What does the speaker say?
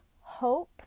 hope